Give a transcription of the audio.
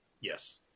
Yes